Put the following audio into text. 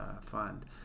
fund